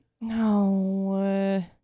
No